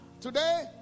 Today